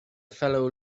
fellow